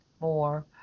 more